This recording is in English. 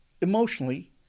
emotionally